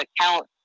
account